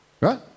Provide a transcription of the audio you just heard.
Right